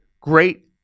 great